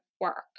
work